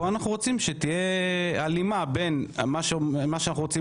אנחנו רוצים שתהיה הלימה בין מה שאנחנו רוצים